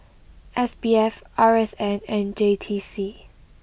S B F R S N and J T C